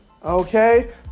Okay